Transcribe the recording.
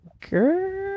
Girl